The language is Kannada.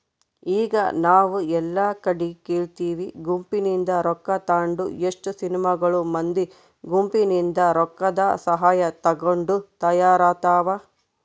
ಈಗ ನಾವು ಎಲ್ಲಾ ಕಡಿಗೆ ಕೇಳ್ತಿವಿ ಗುಂಪಿನಿಂದ ರೊಕ್ಕ ತಾಂಡು ಎಷ್ಟೊ ಸಿನಿಮಾಗಳು ಮಂದಿ ಗುಂಪಿನಿಂದ ರೊಕ್ಕದಸಹಾಯ ತಗೊಂಡು ತಯಾರಾತವ